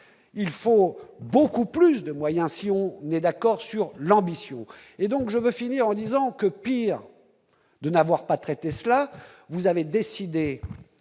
il faut beaucoup plus de moyens, si on n'est d'accord sur l'ambition, et donc je veux finir en disant que pire de n'avoir pas traité cela, vous avez décidé